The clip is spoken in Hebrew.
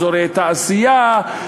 אזורי תעשייה,